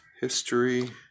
History